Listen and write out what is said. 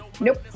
Nope